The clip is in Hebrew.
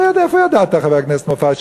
חבר הכנסת מופז,